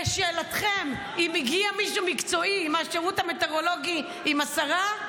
לשאלתכם אם הגיע מישהו מקצועי מהשירות המטאורולוגי עם השרה,